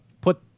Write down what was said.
put